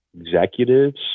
executives